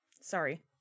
Sorry